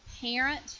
parent